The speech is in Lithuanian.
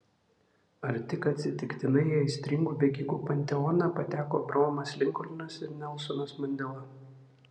ar tik atsitiktinai į aistringų bėgikų panteoną pateko abraomas linkolnas ir nelsonas mandela